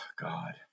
God